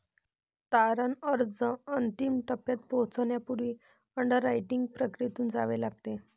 तारण अर्ज अंतिम टप्प्यात पोहोचण्यापूर्वी अंडररायटिंग प्रक्रियेतून जावे लागते